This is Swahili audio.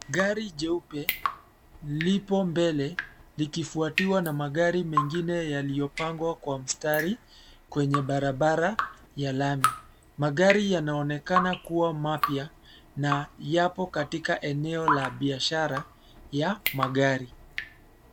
Gari jeupe lipo mbele likifwatiwa na magari mengine yaliyopangwa kwa mstari kwenye barabara ya lami. Magari yanaonekana kuwa mapya na yapo katika eneo la biashara ya magari.